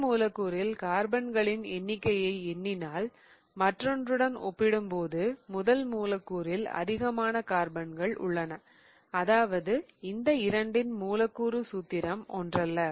இந்த மூலக்கூறுகளில் கார்பன்களின் எண்ணிக்கையை எண்ணினால் மற்றொன்றுடன் ஒப்பிடும்போது முதல் மூலக்கூறில் அதிகமான கார்பன்கள் உள்ளன அதாவது இந்த இரண்டின் மூலக்கூறு சூத்திரம் ஒன்றல்ல